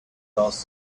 because